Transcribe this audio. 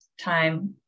time